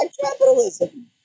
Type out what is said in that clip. capitalism